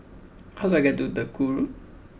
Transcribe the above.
how do I get to Duku Road